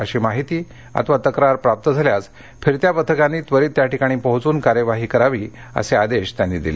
अशी माहिती अथवा तक्रार प्राप्त झाल्यास फिरत्या पथकांनी त्वरित त्याठिकाणी पोहचून कार्यवाही करावी असे आदेश त्यांनी दिले